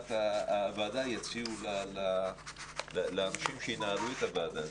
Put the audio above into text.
הנהלת הוועדה יציעו לאנשים שינהלו את הוועדה הזאת.